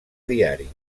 diari